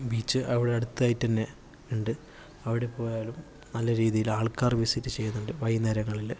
beach അവിടെ അടുത്തായിട്ട് തന്നെ ഉണ്ട് അവിടെ എപ്പോൾ പോയാലും നല്ല രീതിയില് ആൾക്കാര് വിസിറ്റ് ചെയുന്നുണ്ട് വൈകുന്നേരങ്ങളില്